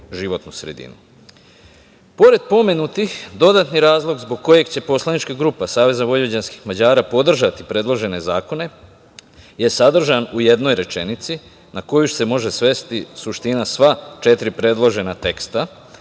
životnu sredinu. Pored pomenutih dodatni razlog zbog kojeg će poslanička grupa SVM podržati predložene zakone je sadržan u jednoj rečenici na koju se može svesti suština sva četiri predložena teksta,